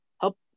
help